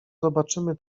zobaczymy